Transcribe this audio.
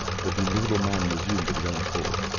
but the invisible man resumed of his own accord.